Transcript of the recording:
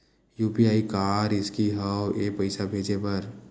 UPI का रिसकी हंव ए पईसा भेजे बर?